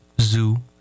zoo